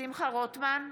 שמחה רוטמן,